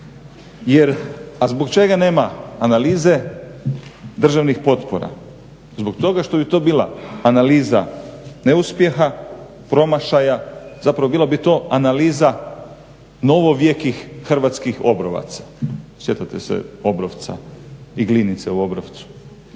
jer a zbog čega nema analize državnih potpora? Zbog toga što bi to bila analiza neuspjeha, promašaja, zapravo bila bi to analiza novovjekih hrvatskih obrovaca. Sjećate se Obrovca i Glinice u Obrovcu